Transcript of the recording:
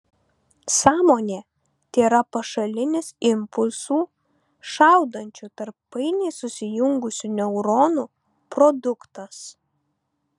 sąmonė tėra pašalinis impulsų šaudančių tarp painiai susijungusių neuronų produktas